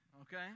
okay